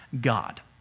God